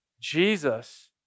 Jesus